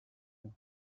and